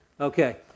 Okay